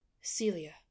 Celia